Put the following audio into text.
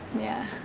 yeah,